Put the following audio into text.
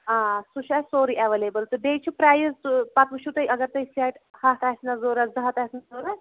آ سُہ چھُ اَسہِ سورُے ایویلیبٕل تہٕ بیٚیہِ چھُ پرایِس پَتہٕ وٕچھو تُہۍ اَگر تۄہہِ سٮ۪ٹ ہَتھ آسہِ نا ضوٚرتھ زٕ ہَتھ آسہِ نا ضوٚرتھ